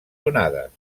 donades